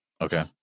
Okay